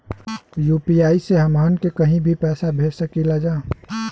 UPI से हमहन के कहीं भी पैसा भेज सकीला जा?